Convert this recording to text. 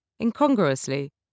Incongruously